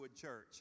church